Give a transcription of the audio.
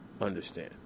understand